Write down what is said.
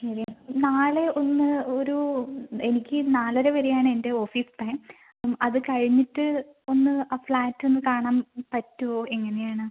ശരി നാളെ ഒന്ന് ഒരു എനിക്ക് നാലര വരെ ആണ് എൻ്റെ ഓഫീസ് ടൈം അത് കഴിഞ്ഞിട്ട് ഒന്ന് ആ ഫ്ലാറ്റ് ഒന്ന് കാണാൻ പറ്റുമോ എങ്ങനെയാണ്